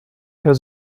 herr